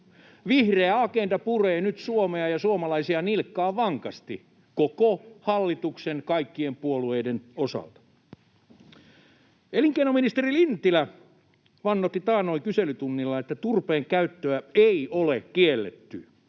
Vihreä agenda puree nyt Suomea ja suomalaisia nilkkaan vankasti koko hallituksen kaikkien puolueiden osalta. Elinkeinoministeri Lintilä vannotti taannoin kyselytunnilla, että turpeen käyttöä ei ole kielletty.